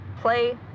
play